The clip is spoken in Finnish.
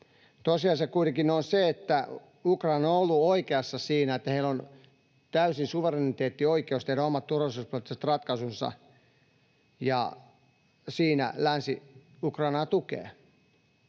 Tosiasia kuitenkin on se, että Ukraina on ollut oikeassa siinä, että heillä on täysin suvereeni oikeus tehdä omat turvallisuuspoliittiset ratkaisunsa, ja siinä länsi Ukrainaa tukee.